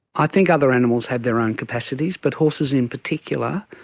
i think other animals have their own capacities but horses in particular,